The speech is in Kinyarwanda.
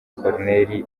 col